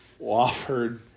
Wofford